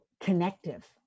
connective